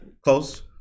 Close